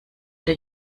der